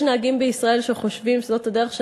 יש נהגים בישראל שחושבים שזאת הדרך של